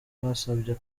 basabye